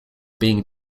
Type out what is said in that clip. being